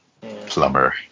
plumber